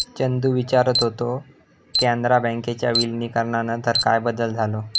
चंदू विचारत होतो, कॅनरा बँकेच्या विलीनीकरणानंतर काय बदल झालो?